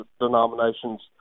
denominations